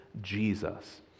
Jesus